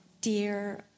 Dear